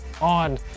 on